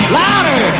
louder